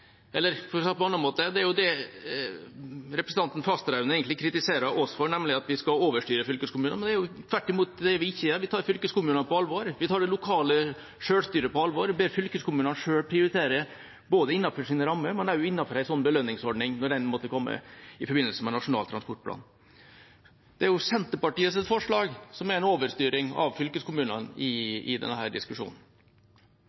eller for å si det på en annen måte: Det er jo det representanten Fasteraune egentlig kritiserer oss for, nemlig at vi overstyrer fylkeskommunene. Det er tvert imot det vi ikke gjør. Vi tar fylkeskommunene på alvor. Vi tar det lokale selvstyret på alvor og ber fylkeskommunene selv prioritere både innenfor sine rammer og innenfor en sånn belønningsordning, når den måtte komme, i forbindelse med Nasjonal transportplan. Det er jo Senterpartiets forslag som er en overstyring av fylkeskommunene i